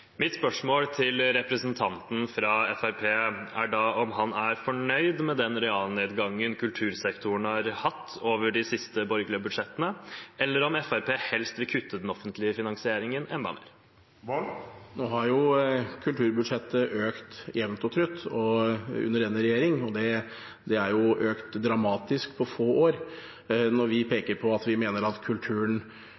Mitt spørsmål til representanten fra Fremskrittspartiet er da om han er fornøyd med den realnedgangen kultursektoren har hatt i de siste borgerlige budsjettene, eller om Fremskrittspartiet helst vil kutte den offentlige finansieringen enda mer. Nå har jo kulturbudsjettet økt jevnt og trutt under denne regjeringen, og det er økt dramatisk på få år. Når vi